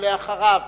ואחריו,